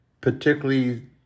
particularly